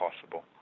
possible